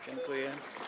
Dziękuję.